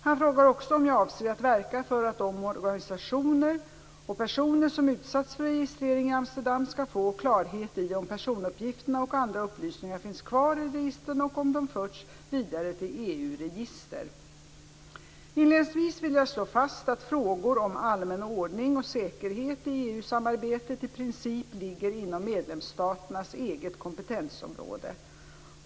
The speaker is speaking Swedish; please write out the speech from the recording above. Han frågar också om jag avser att verka för att de organisationer och personer som har utsatts för registrering i Amsterdam skall få klarhet i om personuppgifterna och andra upplysningar finns kvar i registren och om de förts vidare till EU-register. Inledningsvis vill jag slå fast att frågor om allmän ordning och säkerhet i EU-samarbetet i princip ligger inom medlemsstaternas eget kompetensområde.